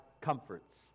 comforts